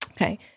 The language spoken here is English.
Okay